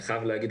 אני חייב להגיד,